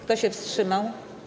Kto się wstrzymał?